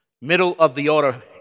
middle-of-the-order